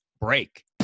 break